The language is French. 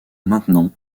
maintenant